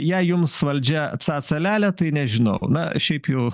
jei jums valdžia ca ca lia lia tai nežinau na šiaip jau